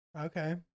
Okay